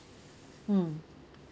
mm